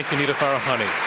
nita farahany.